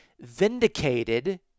vindicated